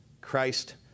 Christ